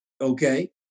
Okay